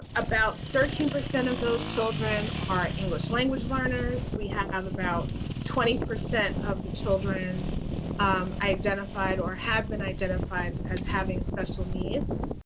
about thirteen percent of those children are english language learners. we have about twenty percent of the children um identified or have been identified as having special needs.